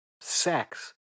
sex